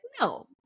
No